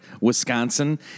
Wisconsin